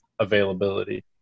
availability